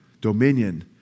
Dominion